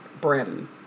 brim